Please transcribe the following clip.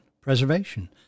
preservation